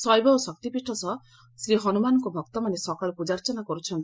ଶୈବ ଓ ଶକ୍ତିପୀଠ ସହ ଶ୍ରୀହନୁମାନଙ୍କୁ ଭକ୍ତମାନେ ସକାଳୁ ପୂଜାର୍ଚ୍ଚନା କରୁଛନ୍ତି